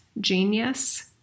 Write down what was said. genius